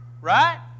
Right